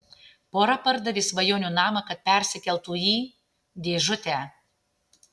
pora pardavė svajonių namą kad persikeltų į dėžutę